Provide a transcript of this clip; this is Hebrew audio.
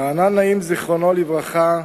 רענן נעים, זיכרונו לברכה,